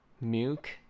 Milk